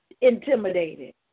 intimidated